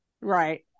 right